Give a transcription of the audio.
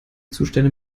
zustände